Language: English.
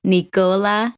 Nicola